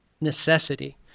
necessity